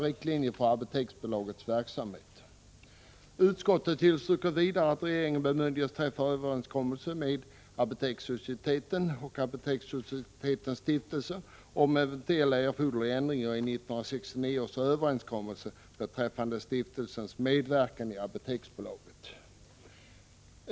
Vidare tillstyrker utskottet att regeringen bemyndigas träffa avtal med Apotekarsocieteten och Apotekarsocietetens stiftelse om eventuellt erforderliga ändringar i 1969 års överenskommelse beträffande stiftelsens medverkan i Apoteksbolaget.